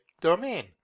domain